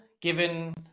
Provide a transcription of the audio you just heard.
given